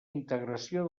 integració